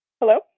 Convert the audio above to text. Hello